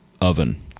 oven